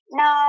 no